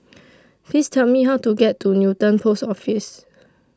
Please Tell Me How to get to Newton Post Office